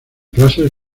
clases